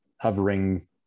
hovering